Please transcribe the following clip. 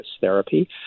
therapy